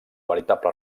veritable